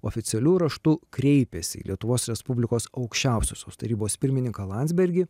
oficialiu raštu kreipėsi į lietuvos respublikos aukščiausiosios tarybos pirmininką landsbergį